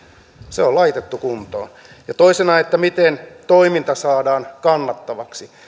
se on laitettu kuntoon ja toisena miten toiminta saadaan kannattavaksi